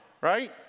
Right